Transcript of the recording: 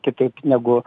kitaip negu